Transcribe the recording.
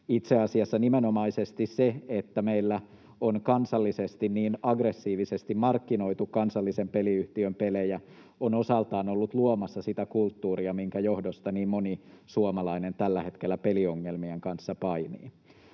Itse asiassa nimenomaisesti se, että meillä on kansallisesti niin aggressiivisesti markkinoitu kansallisen peliyhtiön pelejä, on osaltaan ollut luomassa sitä kulttuuria, minkä johdosta niin moni suomalainen tällä hetkellä peliongelmien kanssa painii.